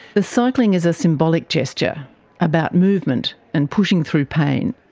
the cycling is a symbolic gesture about movement and pushing through pain.